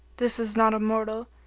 this is not a mortal,